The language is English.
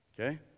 Okay